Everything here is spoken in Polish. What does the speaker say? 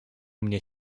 mnie